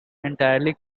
entirely